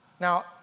Now